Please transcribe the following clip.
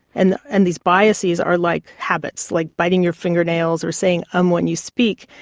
and and these biases are like habits, like biting your fingernails, or saying um when you speak,